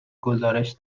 گزارش